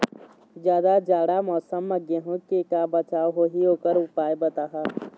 जादा जाड़ा मौसम म गेहूं के का बचाव होही ओकर उपाय बताहा?